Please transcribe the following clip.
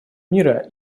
мира